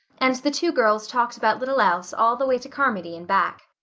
and the two girls talked about little else all the way to carmody and back.